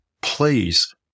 please